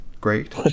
great